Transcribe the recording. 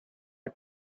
are